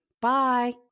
bye